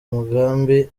umugambi